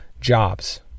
jobs